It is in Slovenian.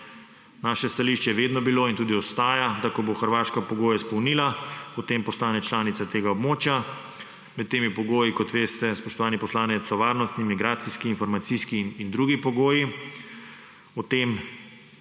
Naše stališče je vedno bilo in tudi ostaja, da ko bo Hrvaška pogoje izpolnila, potem postane članica tega območja. Med temi pogoji, kot veste, spoštovani poslanec, so varnostni, migracijski, informacijski in drugi pogoji.